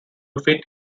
fit